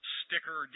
sticker